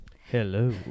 Hello